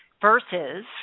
Versus